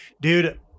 dude